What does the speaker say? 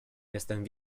jestem